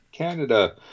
Canada